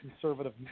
conservative